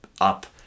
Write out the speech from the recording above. up